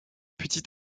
petit